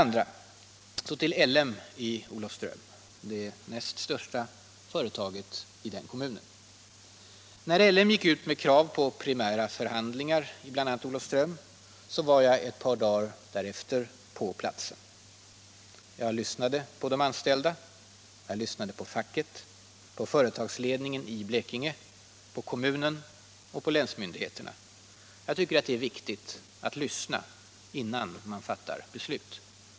När LM, det näst största företaget i kommunen, gick ut med krav på primära förhandlingar i bl.a. Olofström var jag efter ett par dagar på platsen. Jag lyssnade på de anställda, facket, företagsledningen i Blekinge, kommunen och länsmyndigheterna. Jag tycker att det är viktigt att lyssna, innan man fattar beslut.